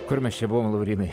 kur mes čia buvome laurynai